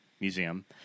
Museum